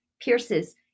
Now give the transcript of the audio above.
pierces